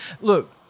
look